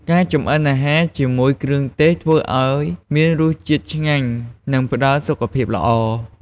ការចម្អិនអាហារជាមួយគ្រឿងទេសធ្វើឱ្យមានរសជាតិឆ្ងាញ់ និងផ្តល់សុខភាពល្អ។